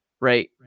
right